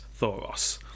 Thoros